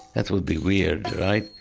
that would be weird, right?